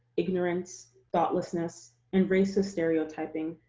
ignorance, thoughtlessness, and racist stereotyping,